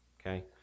Okay